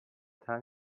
time